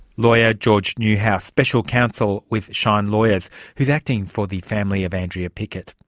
lawyer george newhouse, special counsel with shine lawyers who is acting for the family of andrea pickett.